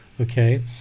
okay